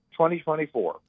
2024